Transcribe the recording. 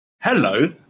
Hello